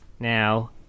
now